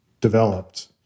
developed